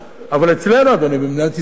אבל אצלנו, אדוני, במדינת ישראל,